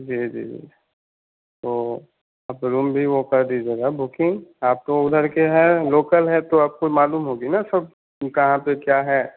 जी जी जी तो आप ज़रूर भी वह कर दीजिएगा बुकिंग आप तो उधर के हैं लोकल है तो आपको मालूम होगा ना सब कहाँ पर क्या है